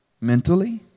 mentally